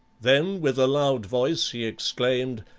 then with a loud voice he exclaimed,